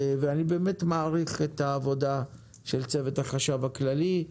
ואני באמת מעריך את העבודה של צוות החשב הכללי.